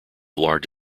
large